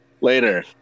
later